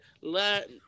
Let